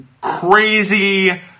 crazy